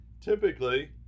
typically